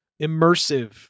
immersive